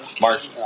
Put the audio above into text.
Mark